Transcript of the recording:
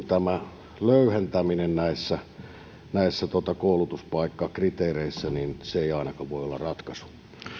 tämä löyhentäminen näissä näissä koulutuspaikkakriteereissä ei ainakaan voi olla ratkaisu